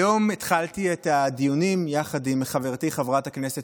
היום התחלתי את הדיונים יחד עם חברתי חברת הכנסת